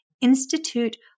Institute